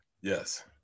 Yes